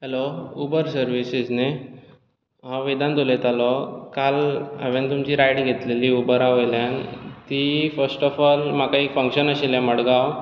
hello Uber services न्ही हांव वेदांत उलयतालो काल हावेंन तुमची रायड घेतिल्ली उबरा वयल्यांन ती फस्ट ऑफ ऑल म्हाका एक फंक्शन आशिल्लें मडगांव